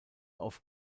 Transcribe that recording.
auf